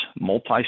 multi